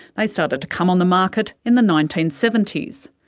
they started to come on the market in the nineteen seventy s.